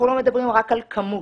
אנחנו לא מדברים רק על כמות.